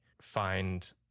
find